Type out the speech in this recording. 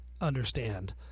understand